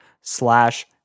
slash